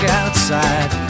outside